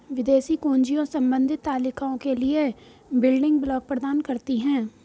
विदेशी कुंजियाँ संबंधित तालिकाओं के लिए बिल्डिंग ब्लॉक प्रदान करती हैं